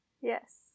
Yes